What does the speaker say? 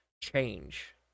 change